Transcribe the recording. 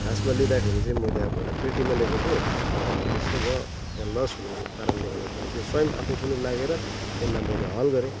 खासमा लिँदाखेरि चाहिँ मैले अब एउटा पेटीमा लिएको थिएँ तर अब यस्तो भयो त्यहाँ लस हुनुको कारणले गर्दाखेरि चाहिँ स्वयम् आफू पनि लागेर त्यसलाई मैले हल गरेँ